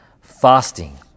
fasting